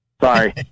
Sorry